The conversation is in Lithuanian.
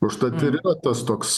užtat ir tas toks